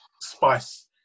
spice